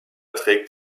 trägt